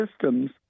systems